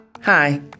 Hi